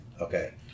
okay